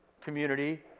community